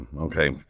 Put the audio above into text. okay